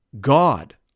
God